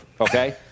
okay